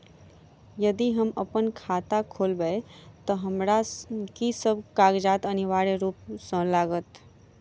यदि हम अप्पन खाता खोलेबै तऽ हमरा की सब कागजात अनिवार्य रूप सँ लागत?